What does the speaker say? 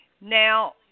now